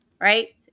right